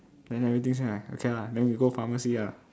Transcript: then everything same ah okay lah then we go pharmacy ah